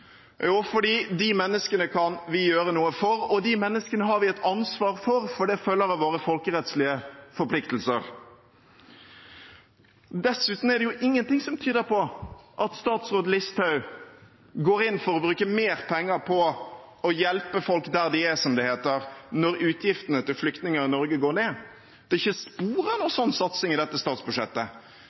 vi kan gjøre noe for de menneskene, og de menneskene har vi et ansvar for, for det følger av våre folkerettslige forpliktelser. Dessuten er det ingenting som tyder på at statsråd Listhaug går inn for å bruke mer penger på å hjelpe folk der de er, som det heter, når utgiftene til flyktninger i Norge går ned. Det er ikke spor av en sånn satsing i dette statsbudsjettet.